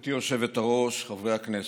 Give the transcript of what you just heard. גברתי היושבת-ראש, חברי הכנסת,